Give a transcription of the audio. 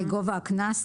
גובה הקנס,